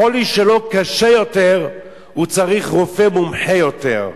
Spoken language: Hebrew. החולי שלו קשה יותר, הוא צריך רופא מומחה יותר.